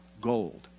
gold